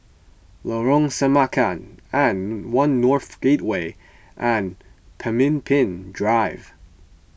Lorong Semangka and one North Gateway and Pemimpin Drive